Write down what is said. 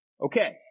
Okay